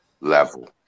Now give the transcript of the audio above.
level